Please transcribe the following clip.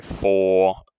four